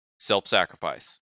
self-sacrifice